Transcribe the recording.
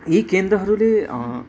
यी केन्द्रहरूले